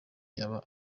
yaba